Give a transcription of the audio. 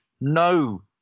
no